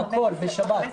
בשבת.